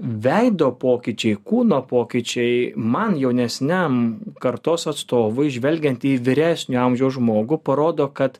veido pokyčiai kūno pokyčiai man jaunesniam kartos atstovui žvelgiant į vyresnio amžiaus žmogų parodo kad